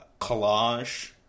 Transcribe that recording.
collage